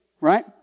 Right